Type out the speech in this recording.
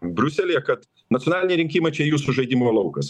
briuselyje kad nacionaliniai rinkimai čia jūsų žaidimo laukas